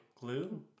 Glue